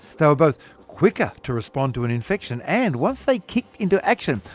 they were both quicker to respond to an infection, and once they kicked into action,